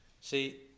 See